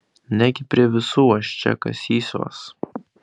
negi prie visų aš čia kasysiuos